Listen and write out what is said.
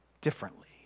differently